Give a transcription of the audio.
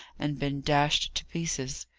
and been dashed to pieces.